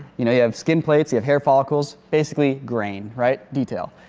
you know? you have skin plates, you have hair follicles, basically grain, right, detail.